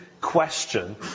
question